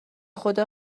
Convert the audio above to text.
خدا